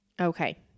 Okay